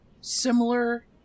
similar